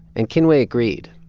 and kinue agreed.